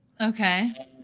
Okay